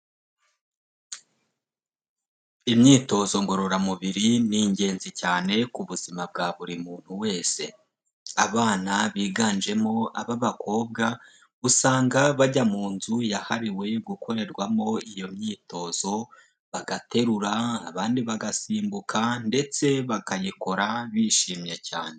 Imyitozo ngororamubiri ni ingenzi cyane ku buzima bwa buri muntu wese. Abana biganjemo ab'abakobwa usanga bajya mu nzu yahariwe gukorerwamo iyo myitozo, bagaterura, abandi bagasimbuka ndetse bakayikora bishimye cyane.